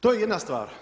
To je jedna stvar.